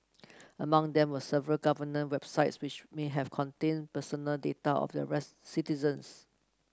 among them were several government websites which may have contained personal data of their citizens